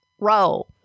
row